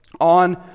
on